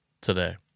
today